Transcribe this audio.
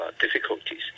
difficulties